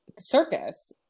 circus